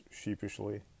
sheepishly